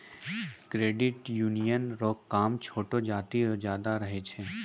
credit union रो काम छोटो जाति रो ज्यादा रहै छै